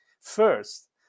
first